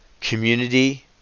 community